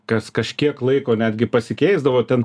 kas kažkiek laiko netgi pasikeisdavo ten